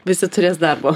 visi turės darbo